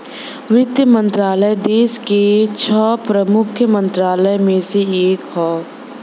वित्त मंत्रालय देस के छह प्रमुख मंत्रालय में से एक हौ